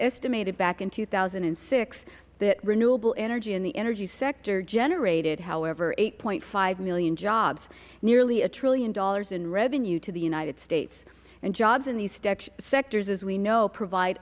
estimated back in two thousand and six that renewable energy and the energy sector generated however eight point five million jobs nearly a trillion dollars in revenue to the united states and jobs in these sectors as we know provide